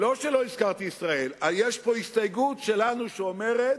לא שלא הזכרתי ישראל, יש פה הסתייגות שלנו שאומרת: